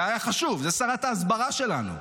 זה היה חשוב, זאת שרת ההסברה שלנו.